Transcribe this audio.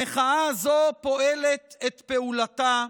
המחאה הזאת פועלת את פעולתה.